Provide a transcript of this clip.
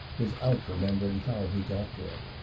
without remembering how he got there.